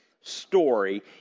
story